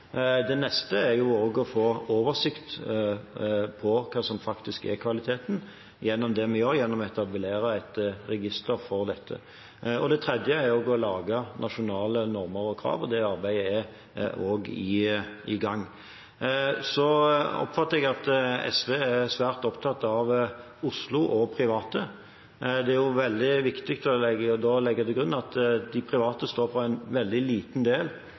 Det neste er å få oversikt over hva som faktisk er kvaliteten på det vi gjør, gjennom å etablere et register for dette. Det tredje er å lage nasjonale normer og krav, og det arbeidet er også i gang. Så oppfatter jeg at SV er svært opptatt av Oslo og private. Det er jo veldig viktig å legge til grunn at de private står for en veldig liten del